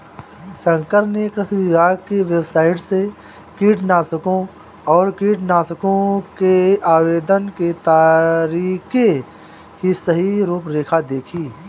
शंकर ने कृषि विभाग की वेबसाइट से कीटनाशकों और कीटनाशकों के आवेदन के तरीके की सही रूपरेखा देखी